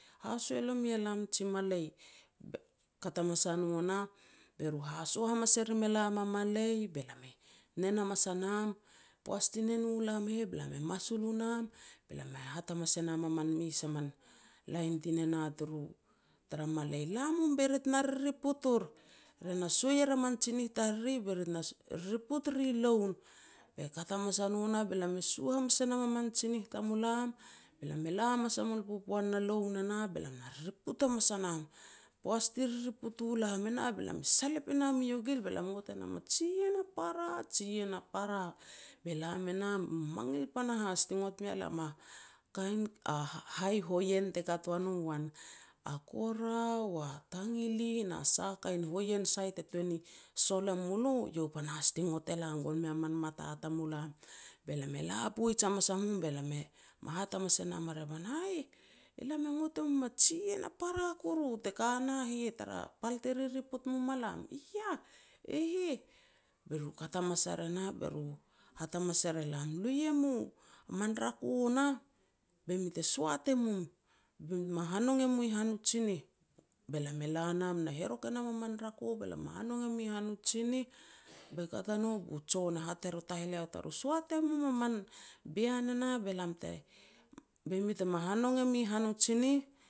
haso lomi e lam ji malei. Kat hamas a no nah, b ru hao hamas e rim e lam a malei. Be lam e nen hamas a nam. Poaj ti nen u lam e nah, be lam e masul u nam, be lam e hat hamas e nam a man mes a man lain ti nen a tara malei, "La mum be ri te na ririput ur. Ri na suar a man tsinih tariri be ri tena ririput ri loun. Be kat hamas a no nah, be lam e sua e nam a man tsinih tamulam, be lam la hamas a mul popoan na loun e nah, be lam na ririput hamas a nam. Poaj ti ririput u lam e nah, be lam salep wanam i iogil, be lam e ngot e nam a jiien a para, jiien a para, be lam e nah mamangil panahas ti ngot mea lam a kain hai hoien te kat wa no uan. A korao, a tangili, na sah kain hoien sai te tuan sol e molo, eiau pan a has ti ngot e lam gon mei a man mat tamulam. Be lam e la poij hamas a mum, be lam me hat poij e nam a revan. "Aih, lam e ngot e mum ajiien a para kuru te ka na heh tara pal te ririput mum ma lam." "I yah", "e heh". Be ru kat hamas ar e nah, be ru hat hamas er e lam. "Lu yam a man rako nah be mi te soat e mum i be mi tem hanong moa han u tsinih." Be lam la nam herok e nam a man rako be lam na hanong moa han u tsinih. Be kat a no bu jon ehat er man taheleau tariru, "Soat e mum a man bean e nah, be lam te be mi te me hanong e moa taru tsinih.